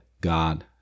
God